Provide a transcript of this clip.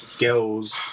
Girls